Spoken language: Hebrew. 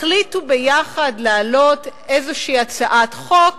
החליטו יחד להעלות איזו הצעת חוק